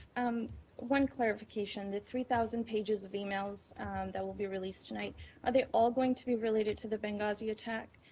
um one clarification. the three thousand pages of emails that will be released tonight are they all going to be related to the benghazi attack?